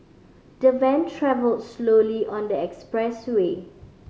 the van travelled slowly on the expressway